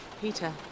Peter